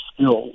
skills